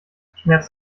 schmerz